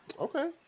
Okay